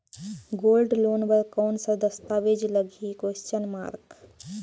Gold loan बर कौन का दस्तावेज लगही?